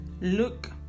look